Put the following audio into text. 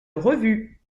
revue